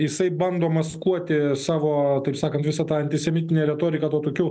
jisai bando maskuoti savo taip sakant visą tą antisemitinę retoriką tuo tokiu